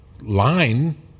line